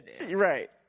Right